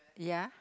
ya